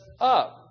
up